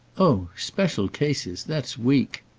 oh special cases that's weak!